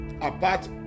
apart